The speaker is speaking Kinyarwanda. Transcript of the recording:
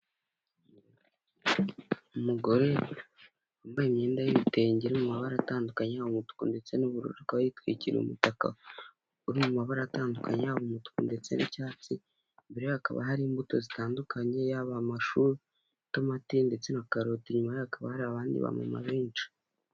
Umugore wambaye imyenda y'ibitenge iri mu mabara atandukanye yaba umutuku ndetse n'ubururu, akaba yitwikiriye umutaka uri mu mabara atandukanye yaba umutuku ndetse n'icyatsi, imbereye hakaba hari imbuto zitandukanye, yaba amashu, itomati, ndetse na karoti, inyuma ye hakaba hari abandi ba mama benshi.